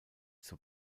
zur